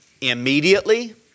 Immediately